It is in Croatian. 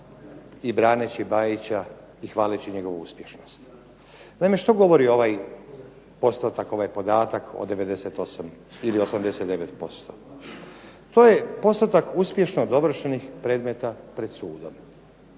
i braneći Bajića i hvaleći njegovu uspješnost. Naime, što govori ovaj postotak, ovaj podatak od 98 ili 89%? To je postotak uspješno dovršenih predmeta pred sudom.